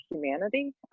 humanity